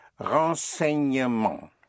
renseignement